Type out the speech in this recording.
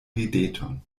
rideton